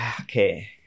okay